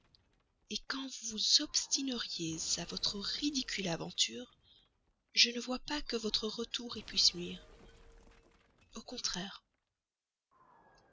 besoin quand vous vous obstineriez à votre ridicule aventure je ne vois pas que votre retour puisse y nuire au contraire